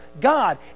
God